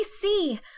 see